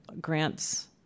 grants